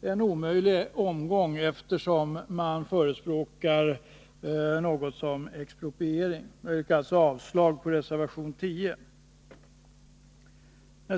detta vpk-förslag, eftersom man förespråkar expropriering. Jag yrkar alltså avslag på reservation 10.